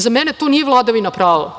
Za mene to nije vladavina prava.